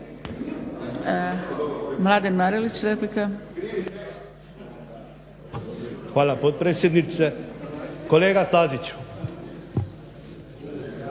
Mladen (SDP)** Hvala potpredsjednice. Kolega Staziću